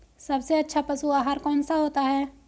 सबसे अच्छा पशु आहार कौन सा होता है?